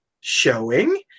showing